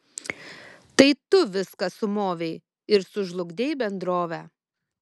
tai tu viską sumovei ir sužlugdei bendrovę